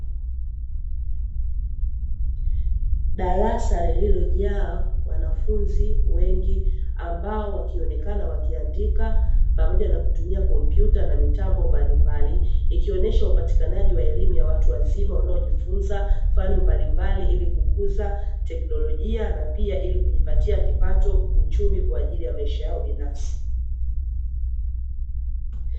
Darasa lililojaa wanafunzi wengi ambao wakionekana wakiandika pamoja na kutumia kompyuta na mitambo mbalimbali, ikionyesha upatikanaji wa elimu ya watu wazima wanaojifunza fani mbalimbali ili kukuza teknolojia, na pia ili kujipatia kipato uchumi kwa ajili ya maisha yao binafsi.